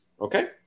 okay